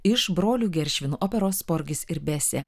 iš brolių geršvinų operos porgis ir besė